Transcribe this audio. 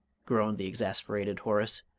groaned the exasperated horace.